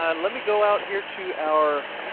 um let me go out here to our